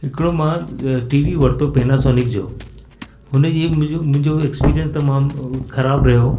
हिकिड़ो मां टीवी वरतो पैनासोनिक जो हुन जी मुंहिंजो मुंहिंजो एक्पीरियंस तमामु ख़राबु रहियो